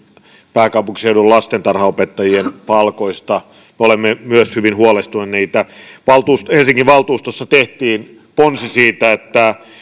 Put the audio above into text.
pääkaupunkiseudun lastentarhanopettajien palkoista me olemme myös hyvin huolestuneita helsingin valtuustossa tehtiin ponsi siitä että